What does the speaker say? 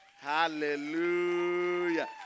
Hallelujah